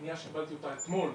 פנייה שקיבלתי אתמול,